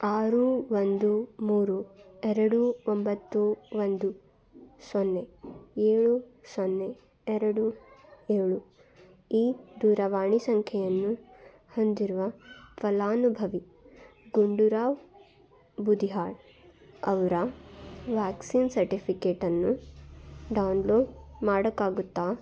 ಆರು ಒಂದು ಮೂರು ಎರಡು ಒಂಬತ್ತು ಒಂದು ಸೊನ್ನೆ ಏಳು ಸೊನ್ನೆ ಎರಡು ಏಳು ಈ ದೂರವಾಣಿ ಸಂಖ್ಯೆಯನ್ನು ಹೊಂದಿರುವ ಫಲಾನುಭವಿ ಗುಂಡುರಾವ್ ಬೂದಿಹಾಳ್ ಅವರ ವ್ಯಾಕ್ಸೀನ್ ಸರ್ಟಿಫಿಕೇಟನ್ನು ಡೌನ್ಲೋಡ್ ಮಾಡೋಕ್ಕಾಗುತ್ತಾ